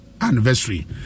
anniversary